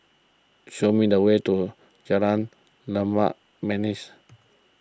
show me the way to Jalan Limau Manis